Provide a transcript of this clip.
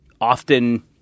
often